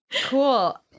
Cool